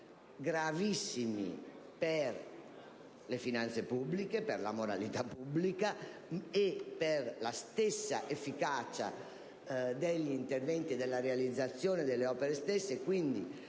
gravissimi per le finanze pubbliche, per la moralità pubblica e per la stessa efficacia degli interventi e la realizzazione delle opere stesse.